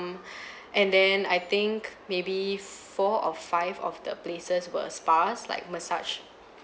and then I think maybe four or five of the places were spas like massage